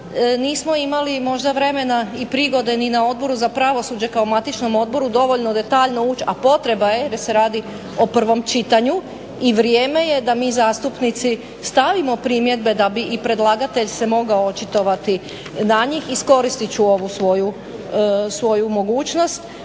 nismo imali možda vremena i prigode ni na Odboru za pravosuđe kao matičnom odboru dovoljno detaljno ući, a potreba je jer se radi o prvom čitanju i vrijeme je da mi zastupnici stavimo primjedbe da bi i predlagatelj se mogao očitovati na njih, iskoristit ću ovu svoju mogućnost.